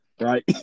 right